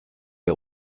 der